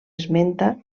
esmenta